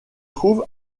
trouve